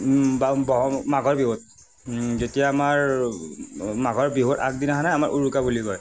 মাঘৰ বিহুত যেতিয়া আমাৰ মাঘৰ বিহুৰ আগদিনাখন আমাৰ উৰুকা বুলি কয়